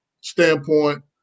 standpoint